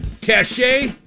cachet